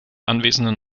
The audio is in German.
anwesenden